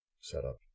setup